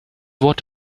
what